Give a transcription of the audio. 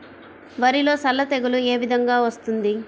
వరిలో సల్ల తెగులు ఏ విధంగా వస్తుంది?